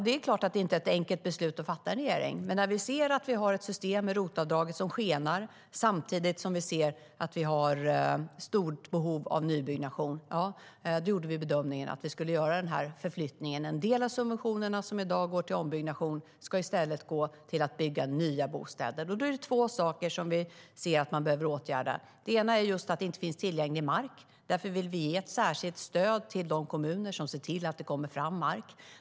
Det är klart att det inte är ett enkelt beslut att fatta i en regering, men när vi såg att vi har ett system för ROT-avdrag som skenar samtidigt som vi har ett stort behov av nybyggnation, då gjorde vi bedömningen att vi skulle göra den här förflyttningen. En del av subventionerna som i dag går till ombyggnation ska i stället gå till att bygga nya bostäder. Då är det två saker som vi ser att man behöver åtgärda. Det ena är att det inte finns tillgänglig mark. Därför vill vi ge ett särskilt stöd till de kommuner som ser till att det kommer fram mark.